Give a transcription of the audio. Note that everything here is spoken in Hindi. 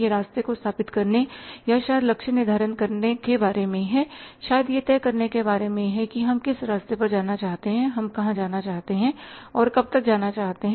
यह रास्ते को स्थापित करने या शायद लक्ष्य निर्धारित करने के बारे में है या शायद यह तय करने के बारे में है कि हम किस रास्ते पर जाना चाहते हैं हम कहाँ जाना चाहते हैं और कब तक जाना चाहते हैं